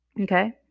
Okay